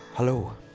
Hello